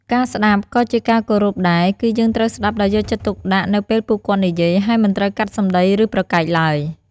ការស្ដាប់ក៏ជាការគោរពដែរ គឺយើងត្រូវស្ដាប់ដោយយកចិត្តទុកដាក់នៅពេលពួកគាត់និយាយ ហើយមិនត្រូវកាត់សម្ដី ឬប្រកែកឡើយ។